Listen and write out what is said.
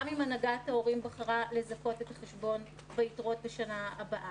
גם אם הנהגת ההורים בחרה לזכות את החשבון ביתרות בשנה הבאה.